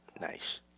Nice